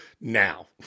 now